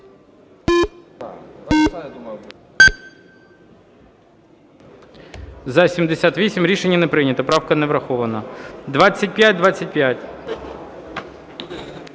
За-75 Рішення не прийнято. Правка не врахована. 2895.